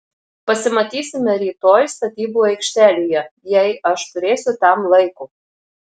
pasimatysime rytoj statybų aikštelėje jei aš turėsiu tam laiko